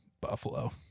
Buffalo